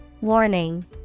Warning